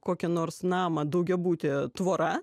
kokį nors namą daugiabutį tvora